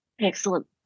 Excellent